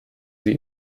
sie